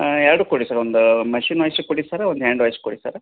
ಹಾಂ ಎರಡು ಕೊಡಿ ಸರ್ ಒಂದು ಮೆಷಿನ್ ವಾಶಿ ಕೊಡಿ ಸರ್ ಒಂದು ಹ್ಯಾಂಡ್ ವಾಶ್ ಕೊಡಿ ಸರ್